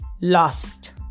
lost